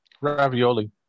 ravioli